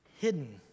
hidden